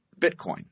Bitcoin